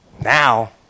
now